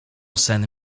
sen